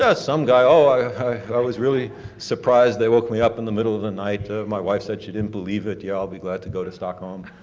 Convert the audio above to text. ah some guy ah i i was really surprised. they woke me up in the middle of the night. my wife said she didn't believe it. yeah, i'll be glad to go to stockholm.